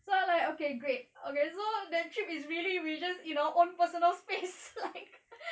so I'm like okay okay so the trip is really we just in our own personal space like